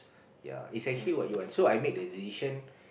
yea it's actually what you want so I made that decision